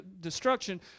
destruction